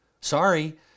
Sorry